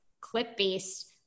clip-based